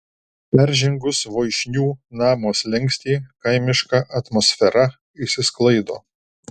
peržengus voišnių namo slenkstį kaimiška atmosfera išsisklaido